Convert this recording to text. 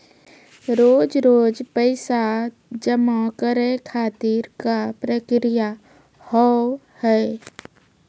रोज रोज पैसा जमा करे खातिर का प्रक्रिया होव हेय?